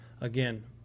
Again